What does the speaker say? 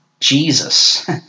Jesus